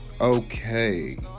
Okay